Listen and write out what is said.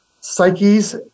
psyches